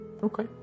Okay